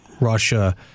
Russia